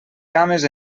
cames